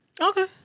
Okay